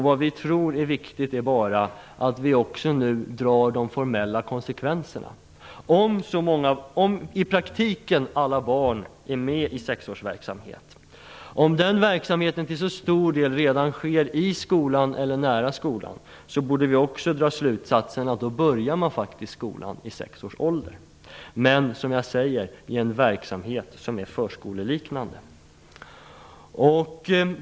Nu är det viktigt att vi drar de rätta slutsatserna. Om i praktiken alla barn är med i sexårsverksamheten och den till så stor del redan sker i eller nära skolan borde vi dra slutsatsen att de faktiskt börjar skolan vid sex års ålder. Men, som jag säger, det handlar om en förskoleliknande verksamhet.